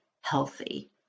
healthy